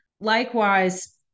Likewise